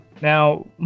now